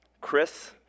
Chris